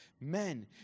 Men